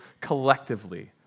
collectively